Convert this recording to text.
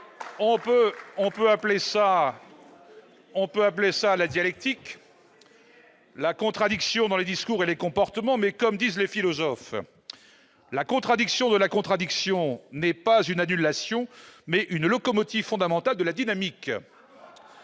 on peut relever une contradiction dans les discours et les comportements. Toutefois, comme disent les philosophes, « la contradiction de la contradiction n'est pas une annulation, mais une locomotive fondamentale de la dynamique.